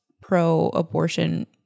pro-abortion